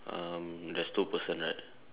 um there's two person right